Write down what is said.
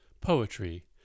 poetry